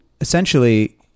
essentially